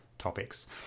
topics